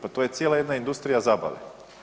Pa to je cijela jedna industrija zabave.